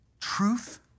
truth